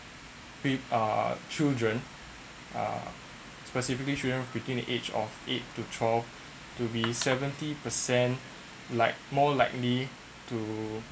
with uh children uh specifically children between the age of eight to twelve to be seventy percent like more likely to